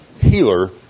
Healer